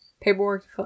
paperwork